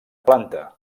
planta